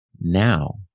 Now